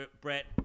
Brett